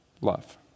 love